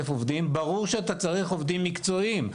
עובדים ברור שאתה צריך עובדים מקצועיים.